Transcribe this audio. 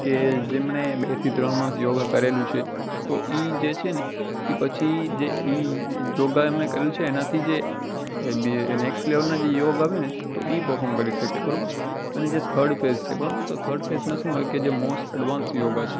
કે જેમણે બેથી ત્રણ મંથ યોગ કરેલું છે તો એ જે છે ને એ પછી જે એ યોગ એમણે કરેલું છે એનાથી જે નૅક્સ્ટ લૅવલનાં જે યોગ આવે ને તો એ પરફોર્મ કરી શકીએ બરાબર અને જે થર્ડ ફેઝ છે બરાબર થર્ડ ફેઝમાં શું હોય કે જે મોસ્ટ ઍડવાન્સ યોગ છે